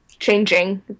Changing